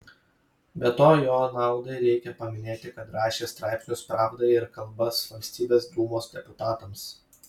be to jo naudai reikia paminėti kad rašė straipsnius pravdai ir kalbas valstybės dūmos deputatams